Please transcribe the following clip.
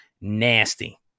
nasty